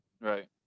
Right